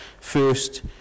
first